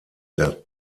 der